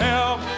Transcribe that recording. Help